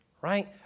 Right